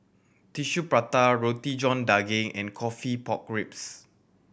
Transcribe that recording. Tissue Prata Roti John Daging and coffee pork ribs